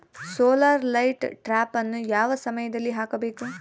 Solar light ಟ್ರಾಪನ್ನು ಯಾವ ಸಮಯದಲ್ಲಿ ಹಾಕಬೇಕು?